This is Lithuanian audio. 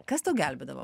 kas tau gelbėdavo